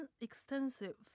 extensive